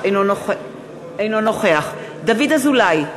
אינו נוכח דוד אזולאי,